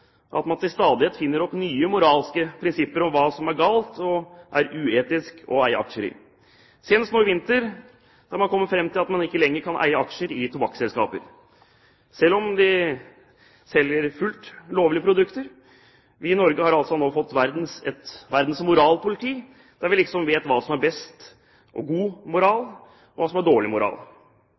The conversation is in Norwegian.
hva som er uetisk å eie aksjer i. Senest nå i vinter kom man fram til at man ikke lenger kan eie aksjer i tobakksselskaper, selv om de selger fullt lovlige produkter. Vi i Norge har altså nå fått et verdens «moralpoliti», der vi liksom vet hva som er best – hva som er god moral, og hva som er dårlig moral.